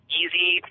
easy